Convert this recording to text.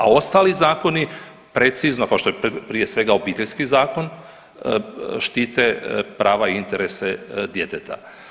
A ostali zakoni precizno, kao što je prije svega Obiteljski zakon, štite prava i interese djeteta.